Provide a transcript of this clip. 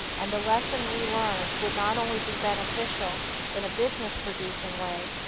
and the lesson relearned would not only be beneficial in a business-producing way,